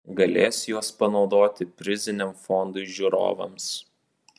galės juos panaudoti priziniam fondui žiūrovams